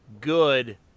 good